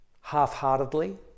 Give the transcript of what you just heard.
half-heartedly